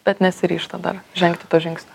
bet nesiryžta dar žengti to žingsnio